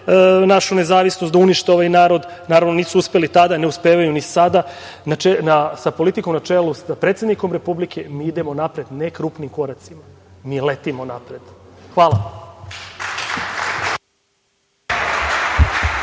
našu nezavisnost, da unište ovaj narod, naravno, nisu uspeli tada, ne uspevaju ni sada sa politikom, na čelu sa predsednikom Republike, mi idemo napred ne krupnim koracima, mi letimo napred. Hvala.